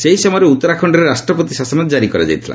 ସେହିସମୟରେ ଉତ୍ତରାଖଣରେ ରାଷ୍ଟ୍ରପତି ଶାସନ ଜାରି କରାଯାଇଥିଲା